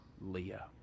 Leah